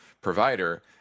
provider